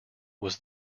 was